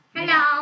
Hello